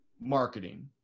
marketing